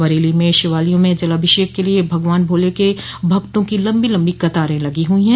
बरेली में शिवालयों में जलाभिषेक के लिए भगवान भोले के भक्तों की लम्बी लम्बी कतारें लगी हुई है